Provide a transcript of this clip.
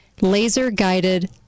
laser-guided